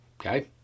Okay